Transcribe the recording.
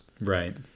Right